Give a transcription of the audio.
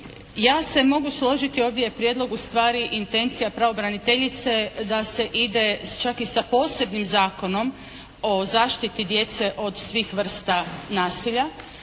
Ja se mogu složiti, ovdje je prijedlog ustvari intencija pravobraniteljice da se ide čak i sa posebnim Zakonom o zaštiti djece od svih vrsta nasilja.